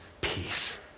peace